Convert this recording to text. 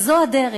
וזו הדרך,